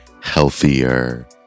healthier